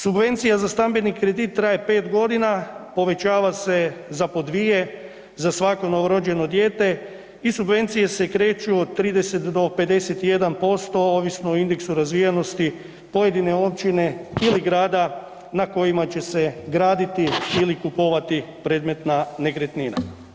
Subvencija za stambeni kredit traje pet godina, povećava se za po dvije za svako novorođeno dijete i subvencije se kreću od 30 do 51% ovisno o indeksu razvijenosti pojedine općine ili grada na kojima će se graditi ili kupovati predmetna nekretnina.